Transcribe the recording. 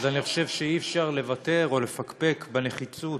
אני חושב שאי-אפשר לוותר או לפקפק בנחיצות